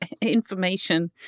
information